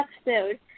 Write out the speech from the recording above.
episode